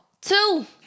Two